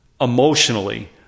emotionally